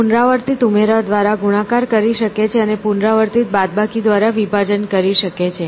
તે પુનરાવર્તિત ઉમેરા દ્વારા ગુણાકાર કરી શકે છે અને પુનરાવર્તિત બાદબાકી દ્વારા વિભાજન કરી શકે છે